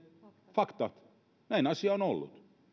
faktat näin asia on ollut